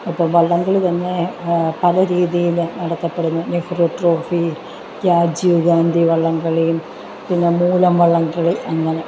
ഇപ്പം വള്ളംകളി തന്നെ പല രീതിയിൽ നടത്തപ്പെടുന്നു നഹ്രു ട്രോഫി രാജീവ് ഗാന്ധി വള്ളം കളിയും പിന്നെ മൂലം വള്ളം കളി അങ്ങനെ